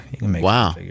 Wow